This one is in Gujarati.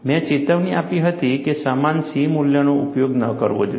મેં ચેતવણી આપી હતી કે સમાન C મૂલ્યનો ઉપયોગ ન કરવો જોઈએ